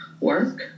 work